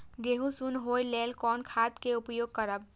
गेहूँ सुन होय लेल कोन खाद के उपयोग करब?